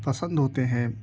پسند ہوتے ہیں